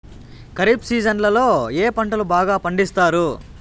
ఖరీఫ్ సీజన్లలో ఏ పంటలు బాగా పండిస్తారు